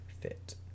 fit